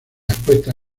expuestas